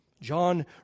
John